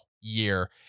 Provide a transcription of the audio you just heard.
year